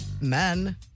Men